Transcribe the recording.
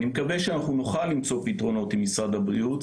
אני מקווה שאנחנו נוכל למצוא פתרונות עם משרד הבריאות,